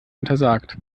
untersagt